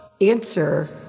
answer